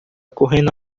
correndo